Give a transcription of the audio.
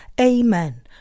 Amen